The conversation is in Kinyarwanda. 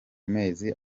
mezi